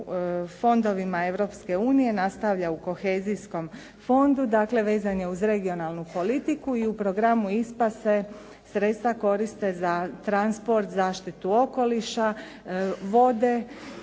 unije nastavlja u kohezijskom fondu, dakle, vezan je uz regionalnu politiku i u programu ISPA se sredstva koriste za transport, zaštitu okoliša, vode